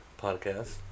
podcast